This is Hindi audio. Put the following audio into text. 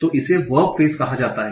तो इसे वर्ब फ्रेस कहा जाता है